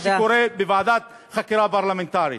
מה שקורה בוועדת חקירה פרלמנטרית.